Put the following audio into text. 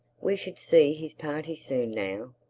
we should see his party soon now.